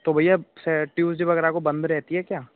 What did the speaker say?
तो भैया से ट्यूजडे वगैरह को बंद रहती है क्या